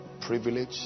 privilege